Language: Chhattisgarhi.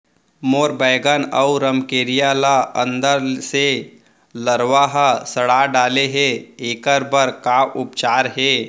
मोर बैगन अऊ रमकेरिया ल अंदर से लरवा ह सड़ा डाले हे, एखर बर का उपचार हे?